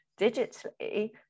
digitally